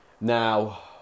Now